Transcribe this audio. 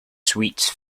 sweets